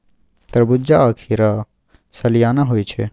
तरबूज्जा आ खीरा सलियाना होइ छै